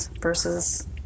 versus